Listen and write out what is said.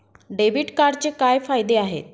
Debit कार्डचे काय फायदे आहेत?